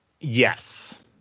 Yes